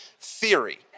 theory